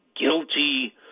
guilty